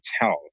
tell